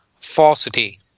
falsity